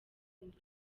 imvura